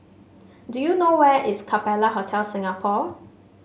do you know where is Capella Hotel Singapore